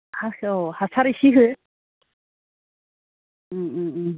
फार्स्तआव हासार एसे हो उम उम उम